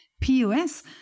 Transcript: POS